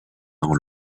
dans